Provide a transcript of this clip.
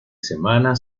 semana